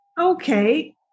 okay